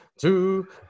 two